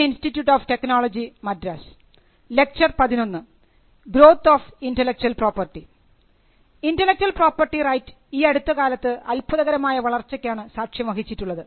intellectual property right ഈയടുത്തകാലത്ത് അത്ഭുതകരമായ വളർച്ചയ്ക്കാണ് സാക്ഷ്യം വഹിച്ചിട്ടുള്ളത്